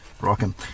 rocking